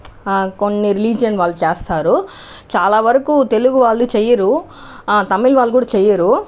కొన్ని రిలీజియన్ వాళ్ళు చేస్తారు చాలా వరకు తెలుగు వాళ్ళు చెయ్యరు ఆ తమిళం వాళ్ళు కూడా చెయ్యరు